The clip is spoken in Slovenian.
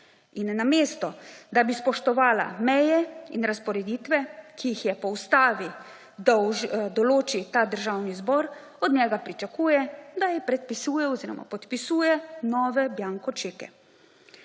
In namesto da bi spoštovala meje in razporeditve, ki jih po ustavi določi Državni zbor, od njega pričakuje, da ji podpisuje nove bianko čeke.